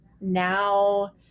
now